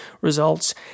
results